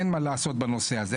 אין מה לעשות בנושא הזה,